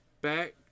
back